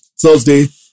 Thursday